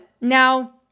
now